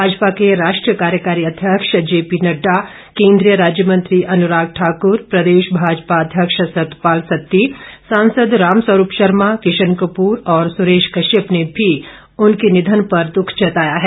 भाजपा के राष्ट्रीय कार्यकारी अध्यक्ष जेपीनड्डा केंद्रीय राज्य मंत्री अनुराग ठाक्र प्रदेश भाजपा अध्यक्ष सतपाल सत्ती सांसद रामस्वरूप शर्मा किशन कपूर और सुरेश कश्यप ने भी उनके निधन पर दुख जताया है